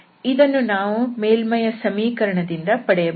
ಇದನ್ನು ನಾವು ಮೇಲ್ಮೈಯ ಸಮೀಕರಣದಿಂದ ಪಡೆಯಬಹುದು